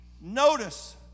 Notice